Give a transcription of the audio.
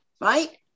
Right